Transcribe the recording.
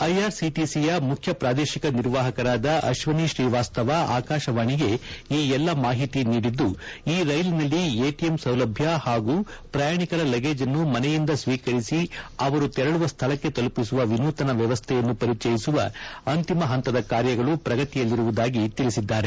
ಐಆರ್ಸಿಟಿಸಿಯ ಮುಖ್ಯ ಪ್ರಾದೇಶಿಕ ನಿರ್ವಾಹಕರಾದ ಅಶ್ವನಿ ಶ್ರೀವಾಸ್ತವ ಆಕಾಶವಾಣಿಗೆ ಈ ಎಲ್ಲಾ ಮಾಹಿತಿ ನೀಡಿದ್ದು ಈ ರೈಲಿನಲ್ಲಿ ಎಟಿಎಮ್ ಸೌಲಭ್ಯ ಹಾಗೂ ಪ್ರಯಾಣಿಕರ ಲಗೇಜನ್ನು ಮನೆಯಿಂದ ಸ್ವೀಕರಿಸಿ ಅವರು ತೆರಳುವ ಸ್ಥಳಕ್ಕೆ ತಲುಪಿಸುವ ವಿನೂತನ ವ್ಯವಸ್ಥೆಯನ್ನು ಪರಿಚಯಿಸುವ ಅಂತಿಮ ಹಂತದ ಕಾರ್ಯಗಳು ಪ್ರಗತಿಯಲ್ಲಿರುವುದಾಗಿ ತಿಳಿಸಿದ್ದಾರೆ